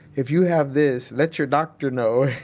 if you have this, let your doctor know.